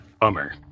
bummer